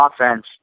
offense